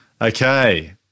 Okay